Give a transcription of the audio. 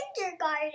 kindergarten